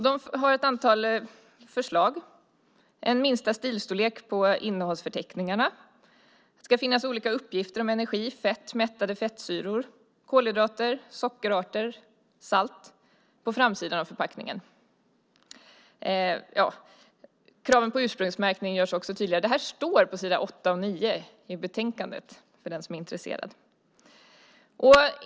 De har ett antal förslag, bland annat en minsta stilstorlek på innehållsförteckningarna. Det ska finnas uppgifter om energi, fett, mättade fettsyror, kolhydrater, sockerarter och salt på framsidan av förpackningen. Kraven på ursprungsmärkningen görs också tydligare. Det här står på s. 8 och 9 i betänkandet för den som är intresserad.